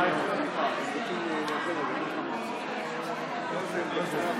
אייכלר, בבקשה.